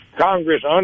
Congress